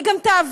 היא גם תעבור,